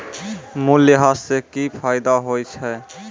मूल्यह्रास से कि फायदा होय छै?